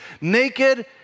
naked